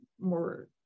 more